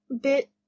bit